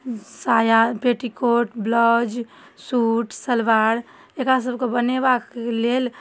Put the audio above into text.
साया petticoat blouse suit सलवार एकरासबके बनेबाके लेल